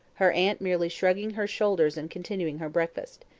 her aunt merely shrugging her shoulders and continuing her breakfast.